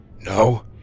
No